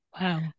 Wow